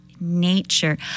nature